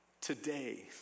Today